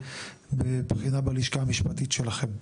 בבחינה בלשכה המשפטית שלכם.